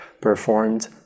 performed